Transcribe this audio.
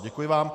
Děkuji vám.